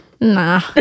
Nah